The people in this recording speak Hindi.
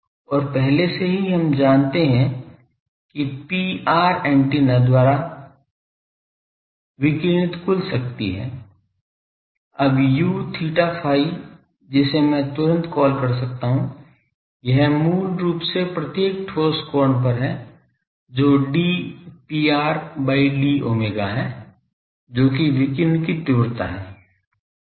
और पहले से ही हम जानते हैं कि Pr एंटीना द्वारा विकिरणित कुल शक्ति है अब U theta phi जिसे मैं तुरंत कॉल कर सकता हूं यह मूल रूप से प्रत्येक ठोस कोण पर है जो d Pr by d omega है जो कि विकिरण की तीव्रता है